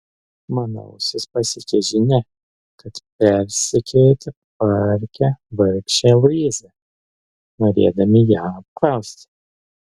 mano ausis pasiekė žinia kad persekiojote parke vargšę luizą norėdami ją apklausti